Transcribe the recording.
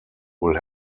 will